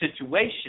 situation